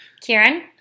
Kieran